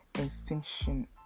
extinction